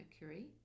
Mercury